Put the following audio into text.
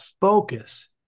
focus